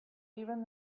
even